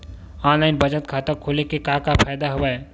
online बचत खाता खोले के का का फ़ायदा हवय